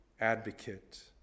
advocate